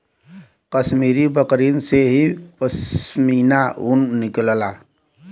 कश्मीरी बकरिन से ही पश्मीना ऊन निकलला